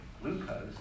glucose